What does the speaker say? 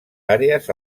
àrees